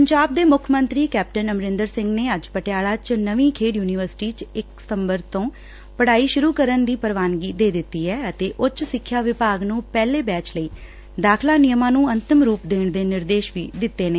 ਪੰਜਾਬ ਦੇ ਮੁੱਖਮੰਤਰੀ ਅਮਰਿੰਦਰ ਸਿੰਘ ਨੇ ਅੱਜ ਪਟਿਆਲਾ 'ਚ ਨਵੀ ਖੇਡ ਯੁਨੀਵਰਸਿਟੀ 'ਚ ਇਕ ਸਤੰਬਰ ਤੋ ਪੜਾਈ ਸ਼ੁਰੁ ਕਰਨ ਦੀ ਪੂਵਾਨਗੀ ਦੇ ਦਿੱਤੀ ਐ ਅਤੇ ਉੱਚ ਸਿੱਖਿਆ ਵਿਭਾਗ ਨੁੰ ਪਹਿਲੇ ਬੈਚ ਲਈ ਨਿਯਮਾਂ ਨੁੰ ਅਮਤਮ ਰੂਪ ਦੇਣ ਦੇ ਨਿਰਦੇਸ਼ ਦਿੱਤੇ ਨੇ